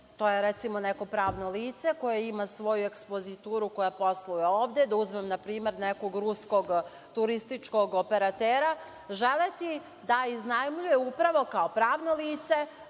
to je recimo neko pravno lice koje ima svoju ekspozituru koja posluje ovde, da uzmem na primer nekog ruskog turističkog operatera, želeti da iznajmljuje upravo kao pravno lice